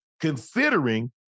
considering